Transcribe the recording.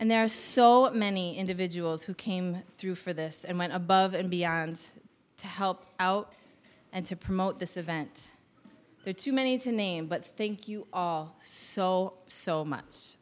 and there are so many individuals who came through for this and went above and beyond to help out and to promote this event there are too many to name but thank you all so so much